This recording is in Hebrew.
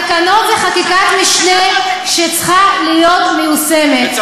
תקנות הן חקיקת משנה שצריכה להיות מיושמת.